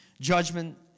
judgment